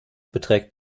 beträgt